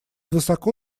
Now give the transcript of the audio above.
высоко